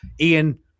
Ian